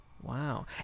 Wow